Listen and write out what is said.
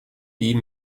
die